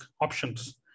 options